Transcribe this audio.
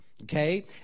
Okay